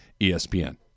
ESPN